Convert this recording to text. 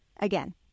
Again